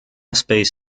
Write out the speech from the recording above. space